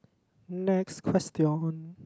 next question